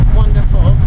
wonderful